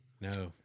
No